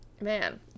Man